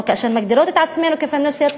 או אלה שמגדירות את עצמן פמיניסטיות,